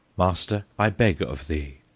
master, i beg of thee.